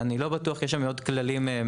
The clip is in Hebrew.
אני לא בטוח כי יש שם עוד כללים מעבר.